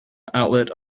outlet